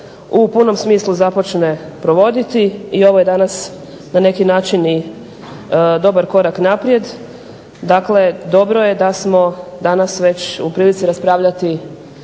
u punom smislu započne provoditi i ovo je danas na neki način dobar korak naprijed. Dobro je da smo danas već u prilici raspravljati